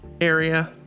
area